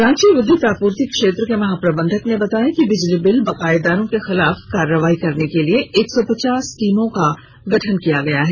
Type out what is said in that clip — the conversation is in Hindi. रांची विद्युत आपूर्ति क्षेत्र के महाप्रबंधक ने बताया कि बिजली बिल बकायेदारों के खिलाफ कारवाई करने के लिए एक सौ पचास टीमों का गठन किया गया है